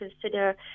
consider